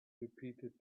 repeated